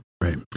Right